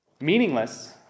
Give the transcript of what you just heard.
meaningless